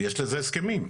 יש לזה הסכמים.